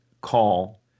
call